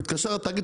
הוא התקשר לתאגיד,